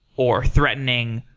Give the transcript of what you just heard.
or threatening,